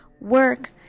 work